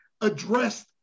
addressed